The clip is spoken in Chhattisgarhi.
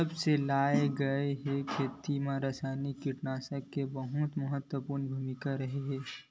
जब से लाए गए हे, खेती मा रासायनिक कीटनाशक के बहुत महत्वपूर्ण भूमिका रहे हे